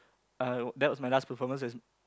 uh that was my last performance as